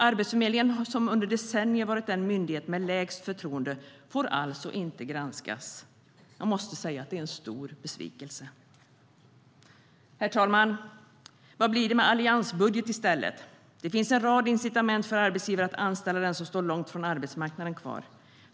Arbetsförmedlingen, som under decennier varit den myndighet som haft lägst förtroende, får alltså inte granskas. Det är en stor besvikelse. Herr talman! Vad blir det då med alliansbudget i stället? Det finns en rad incitament kvar för arbetsgivare att anställa den som står långt från arbetsmarknaden.